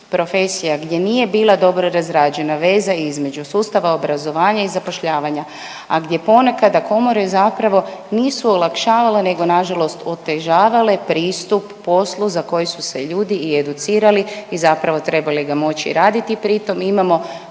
profesija gdje nije bila dobro razrađena veza između sustava obrazovanja i zapošljavanja, a gdje ponekada komore zapravo nisu olakšavale nego nažalost otežavale pristup poslu za koji su se ljudi i educirali i zapravo trebali ga moći i raditi, pritom imamo